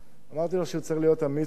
אמרתי לו שהוא צריך להיות אמיץ מאוד,